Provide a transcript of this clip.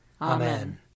Amen